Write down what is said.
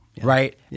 Right